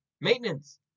maintenance